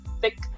thick